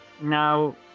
now